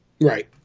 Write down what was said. Right